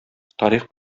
тарих